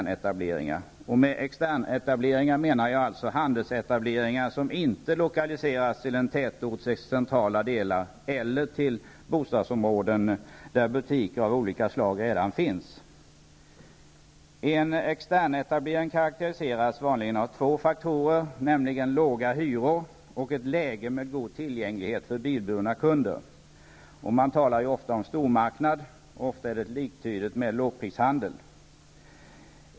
Med externetableringar menar jag handelsetableringar som inte lokaliseras till en tätorts centrala delar eller till bostadsområden där butiker av olika slag redan finns. En externetablering karakteriseras vanligen av två faktorer, nämligen låga hyror och ett läge med god tillgänglighet för bilburna kunder. Man talar ofta om stormarknader, och ofta är det fråga om lågprishandel.